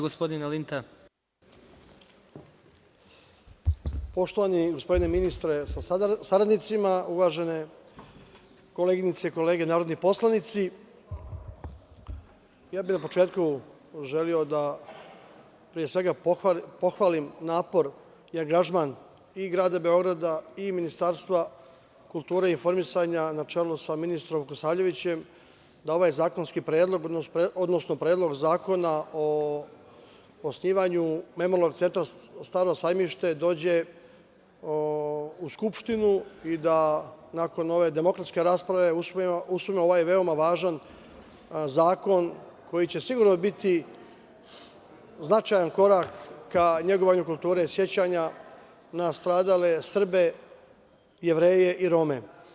Poštovani gospodine ministre, sa saradnicima, uvažene koleginice i kolege narodni poslanici, želeo bih na početku da, pre svega, pohvalim napor i angažman i Grada Beograda i Ministarstva kulture i informisanja, na čelu sa ministrom Vukosavljevićem, da ovaj zakonski predlog, odnosno Predlog zakona o osnivanju Memorijalnog centra „Staro Sajmište“ dođe u Skupštinu i da nakon ove demokratske rasprave usvojimo ovaj veoma važan zakon koji će sigurno biti značajan korak ka negovanju kulture sećanja na stradale Srbe, Jevreje i Rome.